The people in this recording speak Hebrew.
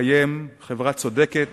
לקיים חברה צודקת